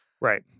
Right